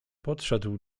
podszedł